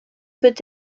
peut